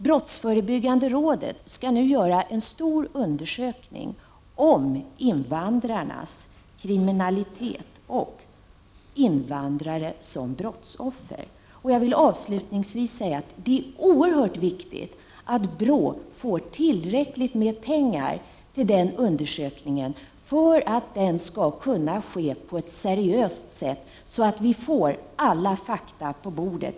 Brottsförebyggande rådet skall nu göra en stor undersökning om invandrarnas kriminalitet och invandrare = Prot. 1989/90:26 som brottsoffer, och jag vill avslutningsvis säga att det är oerhört viktigt att 15 november 1989 BRÅ får tillräckligt med pengar till den undersökningen för att den skall AA kunna ske på ett seriöst sätt, så att vi får alla fakta på bordet.